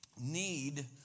need